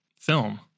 film